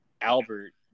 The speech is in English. albert